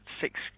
six